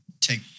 take